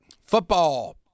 Football